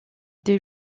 des